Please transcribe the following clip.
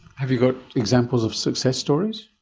have you got examples of success stories?